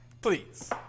Please